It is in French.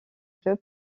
club